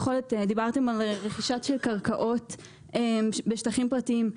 דיברתם על רכישה של קרקעות בשטחים פרטיים.